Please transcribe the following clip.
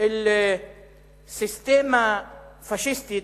אל סיסטמה פאשיסטית,